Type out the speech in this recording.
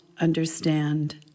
understand